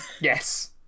yes